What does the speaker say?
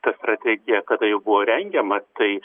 ta strategija kada jau buvo rengiama tai